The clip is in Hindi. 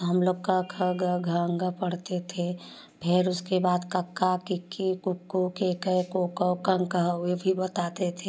तो हम लोग क ख ग घ अं अः पढ़ते थे फिर उसके बाद कक्का किक्की कुक्कू के कै को कौ कं कः वे भी बताते थे